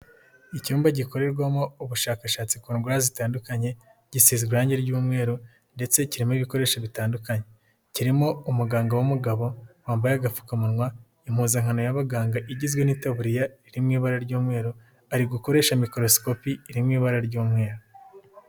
Icyumba gikorerwamo ubushakashatsi ku ndwara zitandukanye, gisizwe irangi ry'umweru ndetse kirimo ibikoresho bitandukanye, kirimo umuganga w'umugabo wambaye agapfukamunwa, impuzankano y'abaganga igizwe n'itaburiya iri mu ibara ry'umweru, ari gukoresha mikorosikopi iri mu ibara ry'umweru.